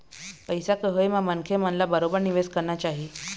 पइसा के होय म मनखे मन ल बरोबर निवेश करना चाही